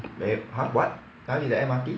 !huh! what 哪里的 M_R_T